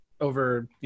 over